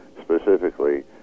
specifically